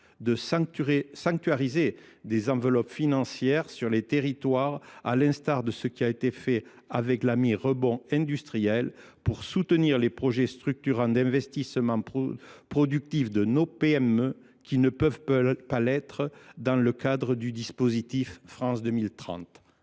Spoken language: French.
de sanctuariser des enveloppes financières dans ces territoires, à l’instar de ce qui a été fait avec l’AMI « Rebond industriel », afin d’accompagner les projets structurants d’investissement productif de nos PME qui ne peuvent pas être soutenus dans le cadre du plan France 2030